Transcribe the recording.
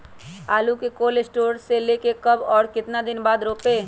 आलु को cold store से ले के कब और कितना दिन बाद रोपे?